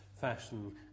fashion